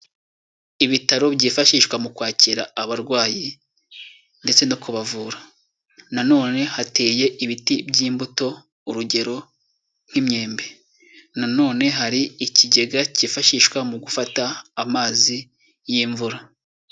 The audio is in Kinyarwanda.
Ibitaro byifashishwa mu kwakira abarwayi ndetse no kubavura. Nanone hateye ibiti by'imbuto, urugero nk' imyembe. Nanone hari ikigega cyifashishwa mu gufata amazi y'imvura.